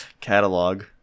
catalog